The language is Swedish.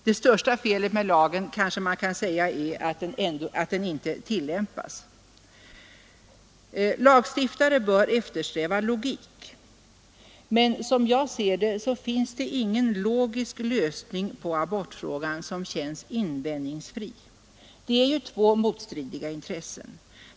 Det största felet med lagen är, kanske man kan säga, att den inte tillämpas. Lagstiftare bör eftersträva logik, men som jag ser det finns det ingen logisk lösning på abortfrågan som känns invändningsfri. Det är ju två motstridiga intressen.